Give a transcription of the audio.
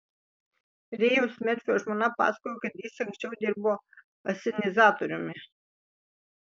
rėjaus merfio žmona pasakojo kad jis anksčiau dirbo asenizatoriumi